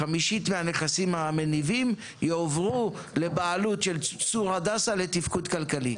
חמישית מהנכסים המניבים יועברו לבעלות של צור הדסה לתפקוד כלכלי.